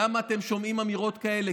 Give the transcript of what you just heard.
למה אתם שומעים אמירות כאלה.